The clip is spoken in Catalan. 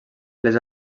les